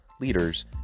leaders